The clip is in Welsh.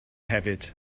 hefyd